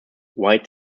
white